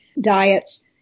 diets